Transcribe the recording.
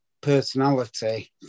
personality